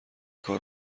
کار